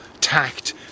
tact